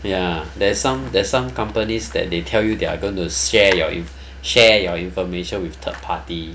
ya there's some there's some companies that they tell you they're going to share your your share your information with third party